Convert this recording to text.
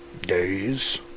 Days